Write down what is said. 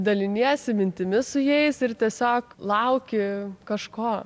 daliniesi mintimis su jais ir tiesiog lauki kažko